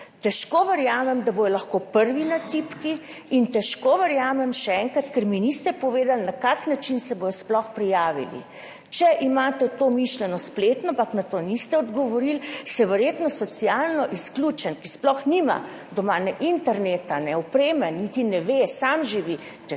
težko verjamem, da bodo lahko prvi na tipki. In težko verjamem, še enkrat, ker mi niste povedali, na kakšen način se bodo sploh prijavili. Če imate to mišljeno spletno, ampak na to niste odgovorili, se bo verjetno socialno izključen, ki sploh nima doma ne interneta ne opreme, niti ne ve, sam živi,